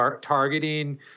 targeting